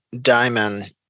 Diamond